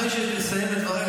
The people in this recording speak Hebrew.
אחרי שאני אסיים את דבריי,